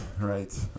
right